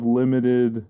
limited